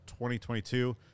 2022